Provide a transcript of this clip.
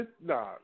nah